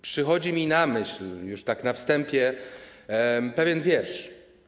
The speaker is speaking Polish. Przychodzi mi na myśl - już tak na wstępie - pewien wiersz.